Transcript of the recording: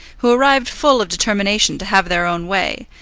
who arrived full of determination to have their own way,